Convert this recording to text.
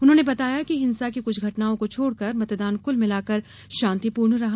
उन्होंने बताया कि हिंसा की कुछ घटनाओं को छोड़कर मतदान कुल मिलाकर शांतिपूर्ण रहा